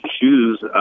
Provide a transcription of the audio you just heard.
choose